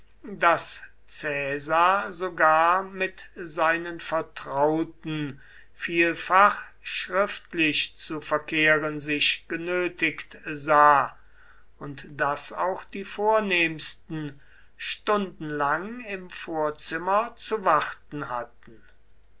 daß caesar sogar mit seinen vertrauten vielfach schriftlich zu verkehren sich genötigt sah und daß auch die vornehmsten stundenlang im vorzimmer zu warten hatten